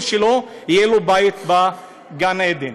יהיה לו בית בגן עדן.